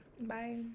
Bye